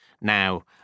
now